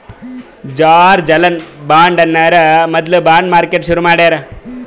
George Alan Bond ಅನ್ನೋರು ಮೊದ್ಲ bond market ಶುರು ಮಾಡ್ಯಾರ್